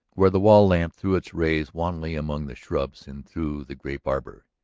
where the wall-lamp threw its rays wanly among the shrubs and through the grape-arbor.